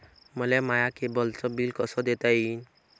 मले माया केबलचं बिल कस देता येईन?